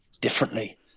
differently